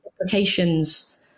applications